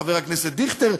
חבר הכנסת דיכטר,